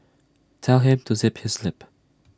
tell him to zip his lip